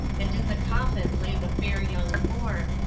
and in the coffin lay the fair young form,